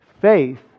Faith